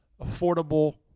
affordable